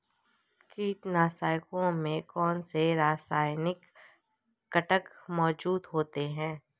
कीटनाशकों में कौनसे रासायनिक घटक मौजूद होते हैं?